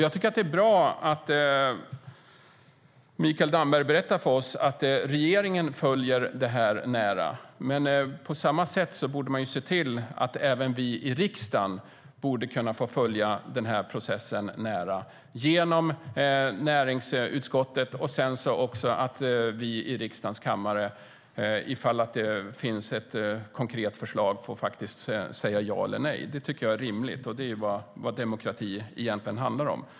Jag tycker att det är bra att Mikael Damberg berättar för oss att regeringen följer frågan nära. Men man borde ju se till att även vi i riksdagen kunde följa processen genom näringsutskottet. Och om det finns ett konkret förslag borde riksdagen få säga ja eller nej. Det tycker jag är rimligt, och det är vad demokrati egentligen handlar om.